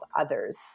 others